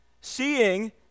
seeing